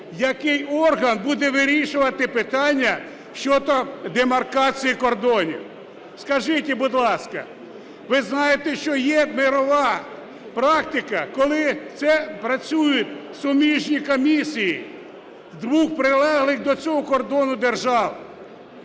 який орган буде вирішувати питання щодо демаркації кордонів. Скажіть, будь ласка, ви знаєте, що є мирова практика, коли працюють суміжні комісії двох прилеглих до цього кордону держав?